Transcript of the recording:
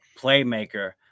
playmaker